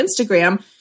Instagram